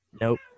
Nope